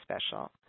special